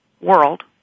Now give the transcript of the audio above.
world